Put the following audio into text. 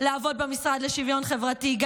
לעבוד גם במשרד לשוויון חברתי.